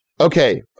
Okay